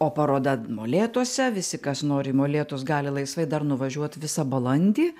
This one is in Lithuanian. o paroda molėtuose visi kas nori į molėtus gali laisvai dar nuvažiuot visą balandį